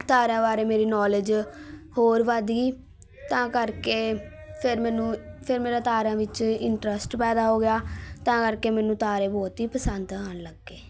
ਤਾਰਿਆਂ ਬਾਰੇ ਮੇਰੀ ਨੌਲੇਜ ਹੋਰ ਵੱਧ ਗਈ ਤਾਂ ਕਰਕੇ ਫਿਰ ਮੈਨੂੰ ਫਿਰ ਮੇਰਾ ਤਾਰਿਆਂ ਵਿੱਚ ਇੰਟਰਸਟ ਪੈਦਾ ਹੋ ਗਿਆ ਤਾਂ ਕਰਕੇ ਮੈਨੂੰ ਤਾਰੇ ਬਹੁਤ ਹੀ ਪਸੰਦ ਆਉਣ ਲੱਗ ਗਏ